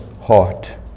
heart